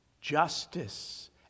justice